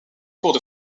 cours